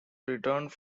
returned